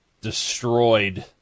destroyed